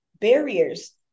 barriers